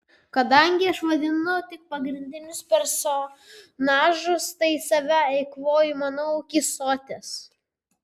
kadangi aš vaidinu tik pagrindinius personažus tai save eikvoju manau iki soties